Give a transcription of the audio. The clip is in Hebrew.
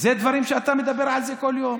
זה דברים שאתה מדבר עליהם כל יום,